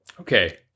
Okay